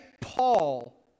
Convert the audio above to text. Paul